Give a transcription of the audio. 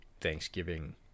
Thanksgiving